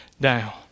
down